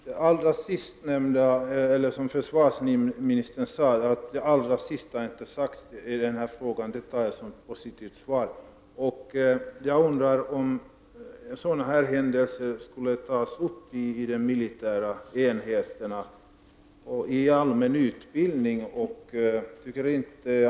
Herr talman! Försvarsministern sade att det sista inte har sagts i denna fråga, och det tar jag som ett positivt besked. Jag undrar om sådana här händelser skulle kunna tas upp på de militära enheterna vid den allmänna utbildningen.